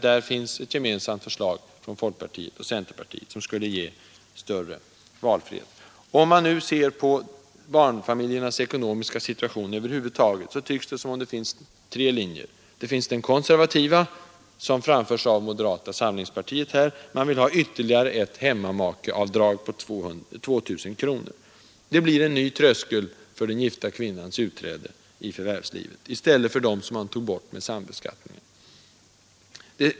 Där finns ett gemensamt förslag från folkpartiet och centern som skulle ge större valfrihet. Om man nu ser på barnfamiljernas ekonomiska situation över huvud taget tycks det finnas tre linjer. Det finns den konservativa som företräds av moderata samlingspartiet. Man vill ha ytterligare ett hemmamakeavdrag på 2 000 kronor. Det blir en ny tröskel för den gifta kvinnans utträde i förvärvslivet i stället för den som togs bort med sambeskattningens avskaffande.